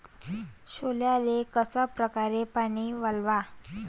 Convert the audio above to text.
सोल्याले कशा परकारे पानी वलाव?